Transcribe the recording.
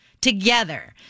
together